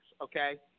okay